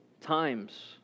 times